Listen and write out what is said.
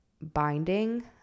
binding